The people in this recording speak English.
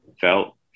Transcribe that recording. felt